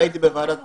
הייתי בוועדת פלמור,